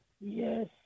Yes